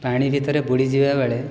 ପାଣି ଭିତରେ ବୁଡ଼ି ଯିବାବେଳେ